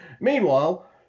Meanwhile